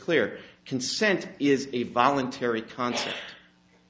clear consent is a voluntary concept